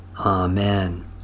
Amen